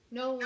no